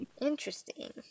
Interesting